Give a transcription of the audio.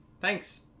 Thanks